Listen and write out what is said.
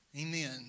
Amen